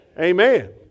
Amen